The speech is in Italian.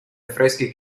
affreschi